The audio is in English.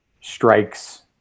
strikes